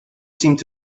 seemed